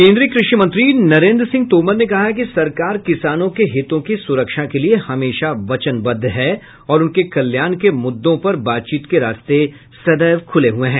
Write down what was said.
केन्द्रीय कृषि मंत्री नरेन्द्र सिंह तोमर ने कहा है कि सरकार किसानों के हितों की सुरक्षा के लिए हमेशा वचनबद्ध है और उनके कल्याण के मुद्दों पर बातचीत के रास्ते सदैव खुले हुए हैं